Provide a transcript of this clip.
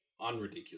unridiculous